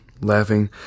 laughing